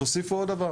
תוסיפו עוד דבר